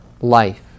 life